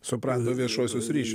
supranto viešuosius ryšius